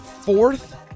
fourth